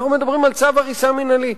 אנחנו מדברים על צו הריסה מינהלי,